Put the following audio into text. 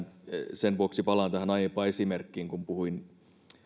sen vuoksi palaan tähän aiempaan esimerkkiin kun puhuin